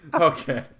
okay